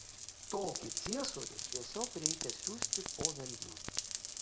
tokį ciesorių tiesiog reikia siųsti po velnių